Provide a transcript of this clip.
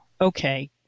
okay